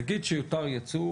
נגיד שיותר ייצוא